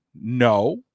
no